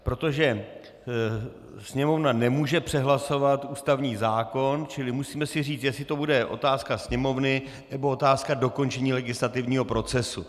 Protože Sněmovna nemůže přehlasovat ústavní zákon, čili musíme si říct, jestli to bude otázka Sněmovny, nebo otázka dokončení legislativního procesu.